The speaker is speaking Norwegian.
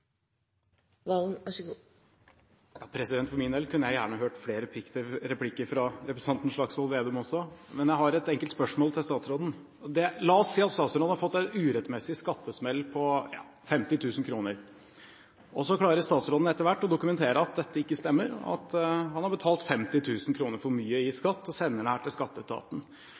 Slagsvold Vedum, men jeg har et enkelt spørsmål til statsråden: La oss si at statsråden hadde fått en urettmessig skattesmell på 50 000 kr. Så klarer statsråden etter hvert å dokumentere at dette ikke stemmer, og at han har betalt 50 000 kr for mye i skatt og sender denne informasjonen til skatteetaten.